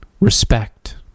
respect